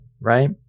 Right